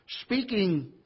Speaking